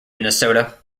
minnesota